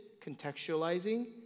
contextualizing